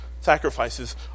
sacrifices